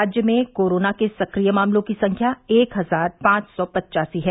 राज्य में कोरोना के सक्रिय मामलों की संख्या एक हजार पांच सौ पच्चासी है